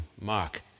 Mark